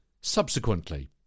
subsequently